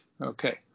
Okay